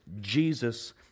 Jesus